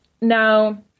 Now